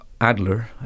Adler